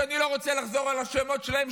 שאני לא רוצה לחזור על השמות שלהם,